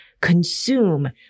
consume